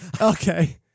Okay